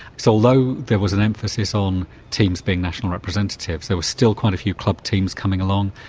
so although there was an emphasis on teams being national representatives, there were still quite a few club teams coming along.